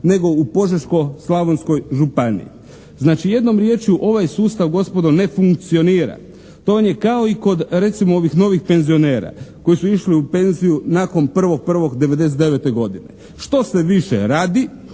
nego u Požeško-slavonskoj županiji. Znači, jednom riječju ovaj sustav gospodo ne funkcionira. To vam je kao i kod recimo ovih novih penzionera koji su išli u penziju nakon 1.1.'99. godine. Što se više radi,